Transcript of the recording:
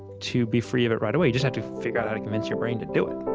to be free of it right away. you just have to figure out how to convince your brain to do it